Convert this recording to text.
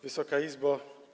Wysoka Izbo!